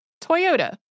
Toyota